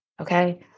Okay